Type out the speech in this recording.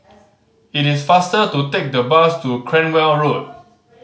it is faster to take the bus to Cranwell Road